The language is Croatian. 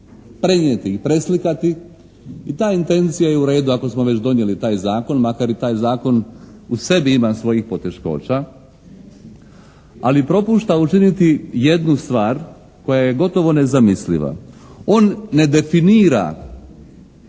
prenijeti i preslikati i ta intencija je u redu ako smo već donijeli taj zakon, makar i taj zakon u sebi ima svojih poteškoća. Ali propušta učiniti jednu stvar koja je gotovo nezamisliva. On ne definira